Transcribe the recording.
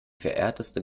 verehrteste